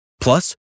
Plus